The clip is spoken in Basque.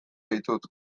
ditut